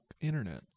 internet